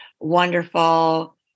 wonderful